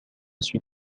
sud